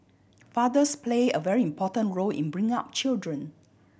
fathers play a very important role in bringing up children